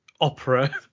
opera